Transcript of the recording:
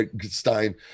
stein